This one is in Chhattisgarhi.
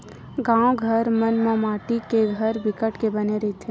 गाँव घर मन म माटी के घर बिकट के बने रहिथे